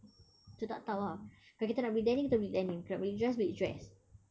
so tak tahu ah kalau kita nak beli denim beli denim kalau nak beli dress beli dress